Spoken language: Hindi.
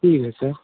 ठीक है सर